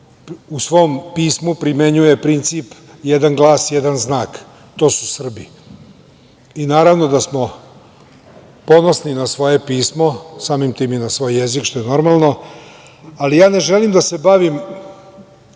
u svom pismu primenjuje princip „jedan glas – jedan znak“, to su Srbi. Naravno da smo ponosni na svoje pismo, samim tim i na svoj jezik, što je normalno, ali ja ne želim da se bavim